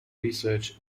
research